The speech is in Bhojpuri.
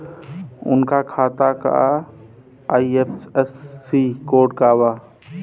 उनका खाता का आई.एफ.एस.सी कोड का बा?